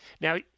Now